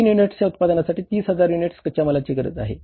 3 युनिट्सच्या उत्पादनासाठी 30 हजार युनिट्स कच्या मालाची गरज आहे